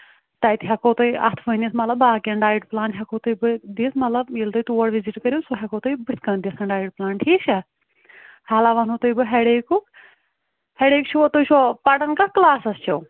تتہِ ہیٚکو تۅہہِ اتھ ؤنِتھ مطلب باقین ڈایِٹ پُلان ہیٚکو بہٕ دِتھ مطلب ییٚلہِ تُہۍ تور وِزِٹ کٔرِو سُہ ہیٚکو تۅہہِ بُتھِ کنہِ دِتھ ڈایِٹ پُلان ٹھیٖک چھا حالا ونہو تۅہہِ بہٕ ہیٚڈیکُک ہیٚڈیک چھُوا تُہۍ چھُوا پران کتھ کلاسس چھِو